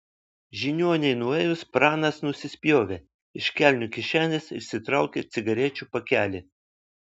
žiniuoniui nuėjus pranas nusispjovė iš kelnių kišenės išsitraukė cigarečių pakelį